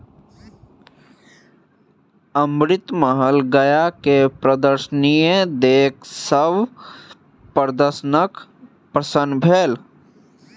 अमृतमहल गाय के प्रदर्शनी देख सभ दर्शक प्रसन्न भेल